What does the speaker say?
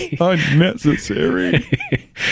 Unnecessary